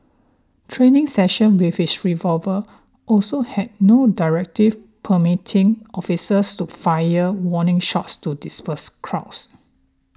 training session with his revolver also had no directive permitting officers to fire warning shots to disperse crowds